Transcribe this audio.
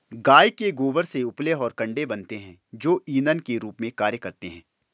गाय के गोबर से उपले और कंडे बनते हैं जो इंधन के रूप में कार्य करते हैं